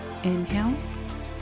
Inhale